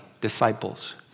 disciples